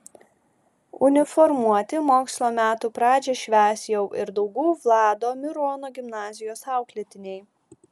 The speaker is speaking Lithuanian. uniformuoti mokslo metų pradžią švęs jau ir daugų vlado mirono gimnazijos auklėtiniai